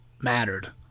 mattered